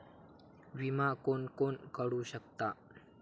विमा कोण कोण काढू शकता?